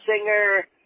singer